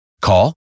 Call